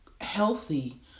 healthy